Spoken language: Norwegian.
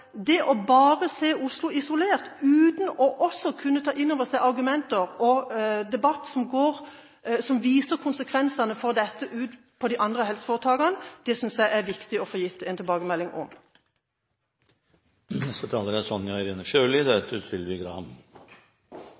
at det å se Oslo isolert, uten å kunne ta inn over seg argumenter og debatt som viser konsekvensene av dette i de andre helseforetakene, synes jeg det er viktig å få gitt en tilbakemelding om. Jeg vil også takke representanten Dåvøy, som reiser denne problemstillingen. Jeg tror det er